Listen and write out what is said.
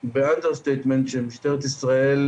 אומר שמשטרת ישראל